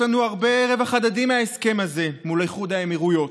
כי יש לנו הרבה רווח הדדי מההסכם הזה מול איחוד האמירויות.